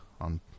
on